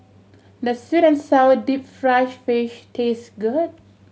does sweet and sour deep fried fish taste good